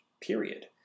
period